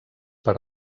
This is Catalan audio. per